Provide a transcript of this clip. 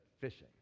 fishing